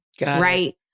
Right